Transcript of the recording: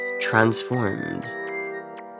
transformed